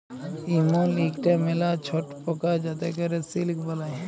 ইমল ইকটা ম্যালা ছট পকা যাতে ক্যরে সিল্ক বালাই